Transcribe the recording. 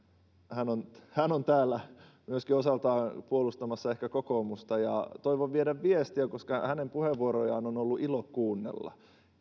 hän on hän on täällä myöskin ehkä osaltaan puolustamassa kokoomusta ja toivon viedä viestiä koska hänen puheenvuorojaan ja sitä analyyttisyyttä on ollut ilo kuunnella